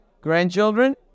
grandchildren